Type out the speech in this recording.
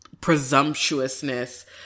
presumptuousness